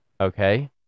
Okay